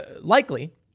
likely